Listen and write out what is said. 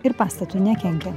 ir pastatui nekenkia